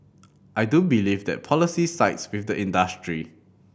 I do believe that policy sides with the industry